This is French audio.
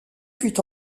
fut